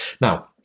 Now